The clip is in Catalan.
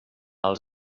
als